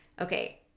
okay